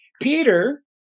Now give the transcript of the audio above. Peter